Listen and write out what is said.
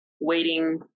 waiting